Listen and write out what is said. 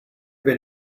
been